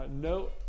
No